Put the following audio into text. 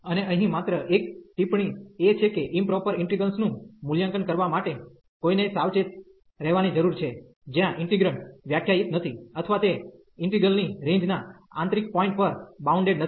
અને અહીં માત્ર એક ટિપ્પણી એ છે કે ઇમપ્રોપર ઇન્ટિગ્રેલ્સ નું મૂલ્યાંકન કરવા માટે કોઈને સાવચેત રહેવાની જરૂર છે જ્યાં ઇન્ટિગ્રેન્ડ વ્યાખ્યાયિત નથી અથવા તે ઇન્ટિગ્રલ ની રેન્જ ના આંતરિક પોઇન્ટ પર બાઉન્ડેડ નથી